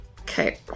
okay